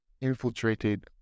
infiltrated